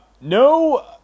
No